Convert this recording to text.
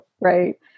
right